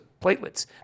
platelets